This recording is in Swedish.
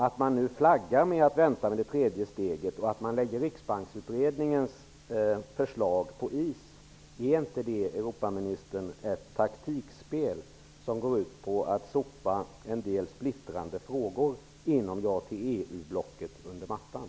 Att man nu flaggar med att vi skall vänta med det tredje steget och att man lägger Riksbanksutredningens förslag på is, är inte det ett taktikspel som går ut på att sopa en del splittrande frågor inom Ja till EU-blocket under mattan?